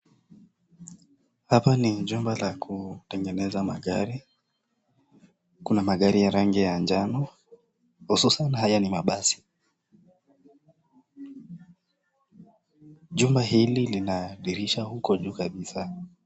Hili ni jumba la kutengeneza magari. Kuna magari ya rangi ya njano hususan haya ni mabasi. Jumba hili lina dirisha huko juu kabisa.